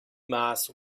maas